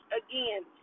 again